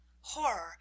horror